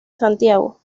santiago